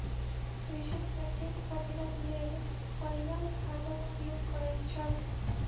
कृषक प्रत्येक फसिलक लेल हरियर खादक उपयोग करैत छल